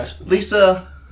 Lisa